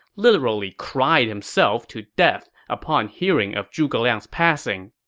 literally cried himself to death upon hearing of zhuge liang's passing.